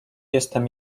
jestem